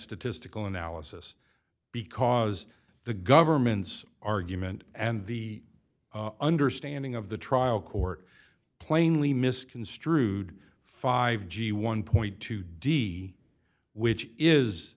statistical analysis because the government's argument and the understanding of the trial court plainly misconstrued five g one dollar d which is